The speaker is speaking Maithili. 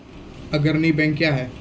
अग्रणी बैंक क्या हैं?